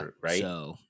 right